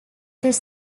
this